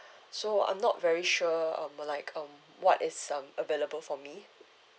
so I'm not very sure um uh like um what is um available for me